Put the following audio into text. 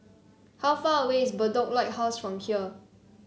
how far away is Bedok Lighthouse from here